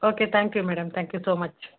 okay thank you madam thank you so much